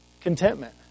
contentment